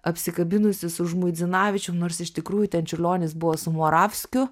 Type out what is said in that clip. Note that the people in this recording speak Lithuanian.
apsikabinusį su žmuidzinavičium nors iš tikrųjų ten čiurlionis buvo su moravskiu